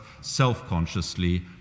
self-consciously